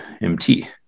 MT